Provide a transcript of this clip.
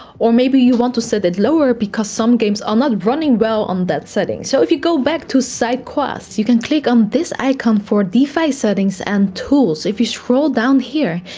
or maybe you want to set it lower because some games are not running well on that setting. so if you go back to sidequest, you can click on this icon for device settings and tools'. if you scroll down here,